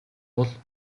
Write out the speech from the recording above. бол